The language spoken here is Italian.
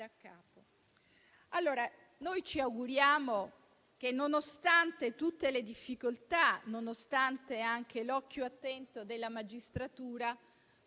daccapo. Noi ci auguriamo che nonostante tutte le difficoltà, nonostante anche l'occhio attento della magistratura,